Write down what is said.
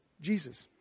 Jesus